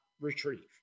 retrieve